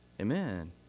Amen